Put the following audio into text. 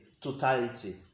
totality